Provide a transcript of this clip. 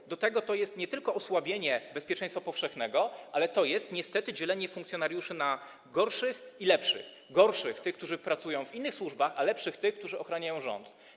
Na dodatek to jest nie tylko osłabienie bezpieczeństwa powszechnego, ale to jest niestety dzielenie funkcjonariuszy na gorszych i lepszych - gorszych, czyli tych, którzy pracują w innych służbach, lepszych, czyli tych, którzy ochraniają rząd.